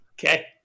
Okay